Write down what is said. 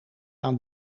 aan